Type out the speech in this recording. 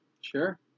Sure